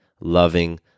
loving